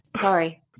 sorry